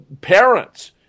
parents